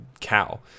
cow